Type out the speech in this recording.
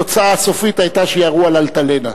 התוצאה הסופית היתה שירו על "אלטלנה".